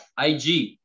IG